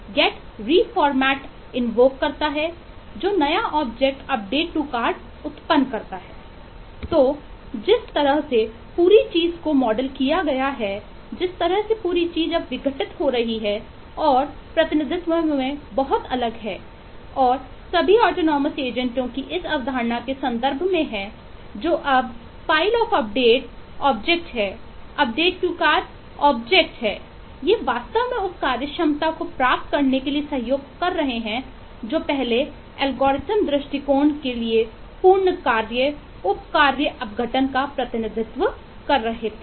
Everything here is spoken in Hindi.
तो जिस तरह से पूरी चीज़ को मॉडल दृष्टिकोण के लिए पूर्ण कार्य उप कार्य अपघटन का प्रतिनिधित्व कर रहे थे